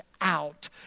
out